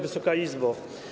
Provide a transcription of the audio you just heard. Wysoka Izbo!